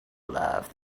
love